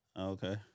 okay